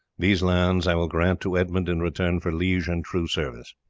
these lands i will grant to edmund in return for liege and true service.